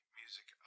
music